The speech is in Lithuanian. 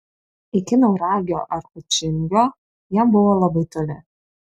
iki nauragio ar kučingio jam buvo labai toli